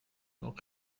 noch